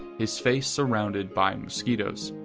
his face surrounded by mosquitoes.